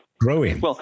growing